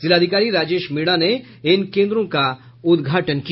जिलाधिकारी राजेश मीणा ने इन केन्द्रों का उद्घाटन किया